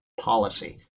policy